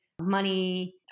money